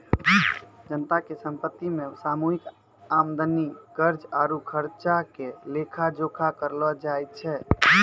जनता के संपत्ति मे सामूहिक आमदनी, कर्जा आरु खर्चा के लेखा जोखा करलो जाय छै